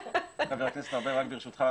חבר הכנסת ארבל, רק ברשותך.